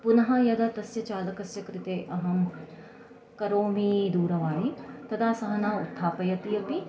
पुनः यदा तस्य चालकस्य कृते अहं करोमि दूरवाणीं तदा सः न उत्थापयति अपि